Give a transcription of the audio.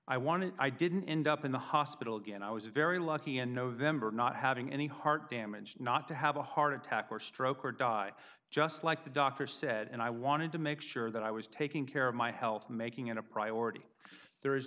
i wanted i didn't end up in the hospital again i was very lucky in november not having any heart damage not to have a heart attack or stroke or die just like the doctor said and i wanted to make sure that i was taking care of my health making it a priority there is